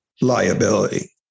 liability